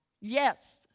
Yes